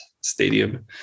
Stadium